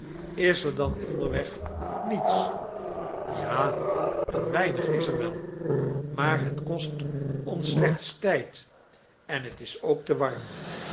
er dan onderweg niets ja een weinig is er wel maar het kost ons slechts tijd en het is ook te warm